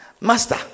Master